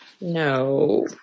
No